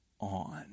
on